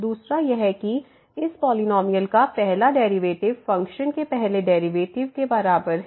दूसरा यह कि इस पॉलिनॉमियल का पहला डेरिवेटिव फ़ंक्शन के पहले डेरिवेटिव के बराबर है